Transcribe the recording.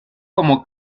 como